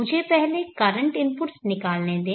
मुझे पहले current inputs निकालने दें